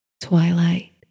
twilight